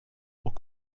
och